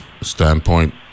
standpoint